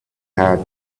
had